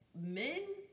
men